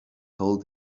told